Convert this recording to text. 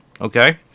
Okay